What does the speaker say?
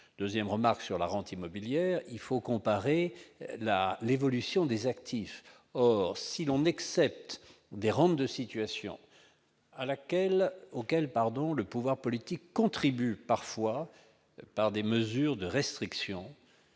deuxième remarque sur la rente immobilière : il faut comparer l'évolution des actifs. Or, à l'exception de rentes de situation auxquelles le pouvoir politique contribue parfois par des mesures de restriction,